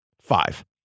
five